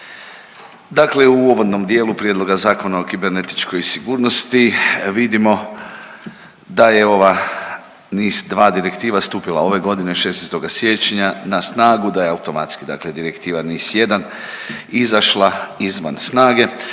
dakle u uvodnom dijelu prijedloga Zakona o kibernetičkoj sigurnosti vidimo da je ova NIS2 Direktiva stupila ove godine 16. siječnja na snagu, da je automatski dakle Direktiva NIS1 izašla izvan snage